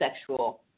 sexual